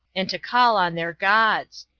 and to call on their gods.